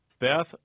Beth